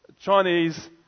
Chinese